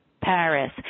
Paris